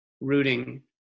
rooting